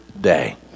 day